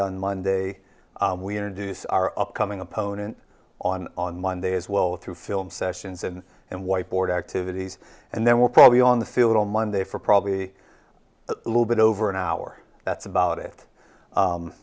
done monday we introduce our upcoming opponent on on monday as well through film sessions and and whiteboard activities and then we're probably on the field on monday for probably a little bit over an hour that's about it